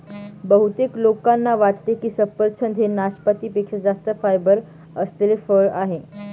बहुतेक लोकांना वाटते की सफरचंद हे नाशपाती पेक्षा जास्त फायबर असलेले फळ आहे